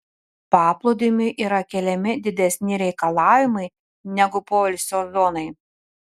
paplūdimiui yra keliami didesni reikalavimai negu poilsio zonai